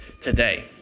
today